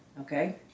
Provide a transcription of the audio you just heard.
Okay